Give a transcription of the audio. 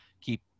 keep